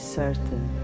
certain